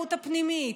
התיירות הפנימית,